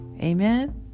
Amen